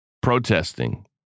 protesting